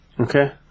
Okay